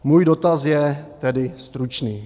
Můj dotaz je tedy stručný.